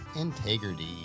integrity